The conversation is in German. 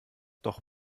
doch